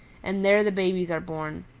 and there the babies are born.